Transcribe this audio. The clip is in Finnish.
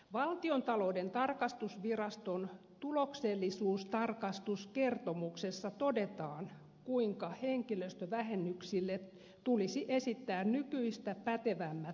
valtiontalouden tarkastusviraston tuloksellisuustarkastuskertomuksessa todetaan kuinka henkilöstövähennyksille tulisi esittää nykyistä pätevämmät perusteet